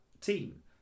team